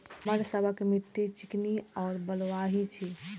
हमर सबक मिट्टी चिकनी और बलुयाही छी?